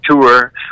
tour